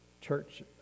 church